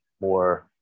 more